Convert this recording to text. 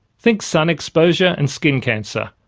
think sun exposure and skin cancer,